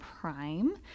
Prime